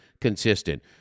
consistent